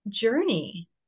Journey